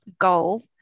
goal